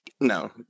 No